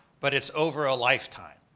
but it's over a lifetime.